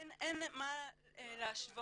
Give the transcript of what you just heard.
אין מה להשוות.